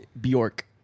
Bjork